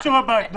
תעשו שיעורי בית.